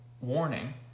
warning